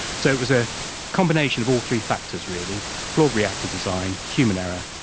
so was a combination of all three factors really flawed reactor design, human error,